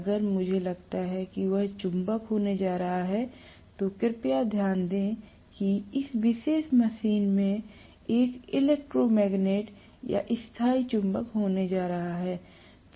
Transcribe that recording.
अगर मुझे लगता है कि यह चुंबक होने जा रहा है तो कृपया ध्यान दें कि इस विशेष मशीन में एक इलेक्ट्रोमैग्नेट या स्थायी चुंबक होने जा रहा है